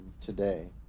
today